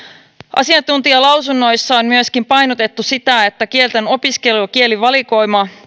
asiantuntijalausunnoissa on myöskin painotettu sitä että kieltenopiskelun ja kielivalikoiman